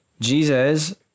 Jesus